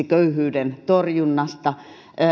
köyhyyden torjunnasta